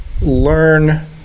learn